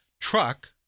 truck